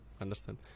understand